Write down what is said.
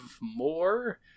more